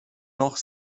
noch